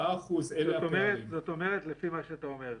זאת אומרת, לפי מה שאתה אומר,